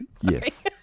Yes